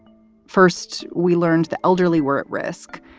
first, we learned the elderly were at risk,